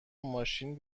ماشین